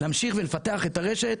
להמשיך ולפתח את הרשת,